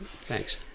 Thanks